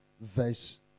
verse